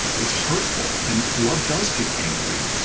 it's hurtful. and love does get angry.